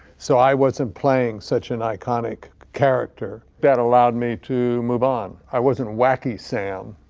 so i wasn't playing such an iconic character. that allowed me to move on. i wasn't wacky sam,